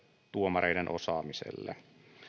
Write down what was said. tuomareiden osaamiselle